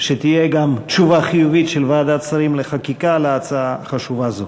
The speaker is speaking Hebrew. שתהיה גם תשובה חיובית של ועדת השרים לחקיקה על ההצעה החשובה הזאת.